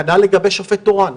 כנ"ל לגבי שופט תורן.